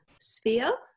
sphere